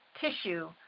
tissue